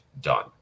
done